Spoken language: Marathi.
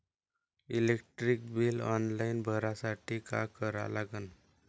इलेक्ट्रिक बिल ऑनलाईन भरासाठी का करा लागन?